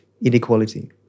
inequality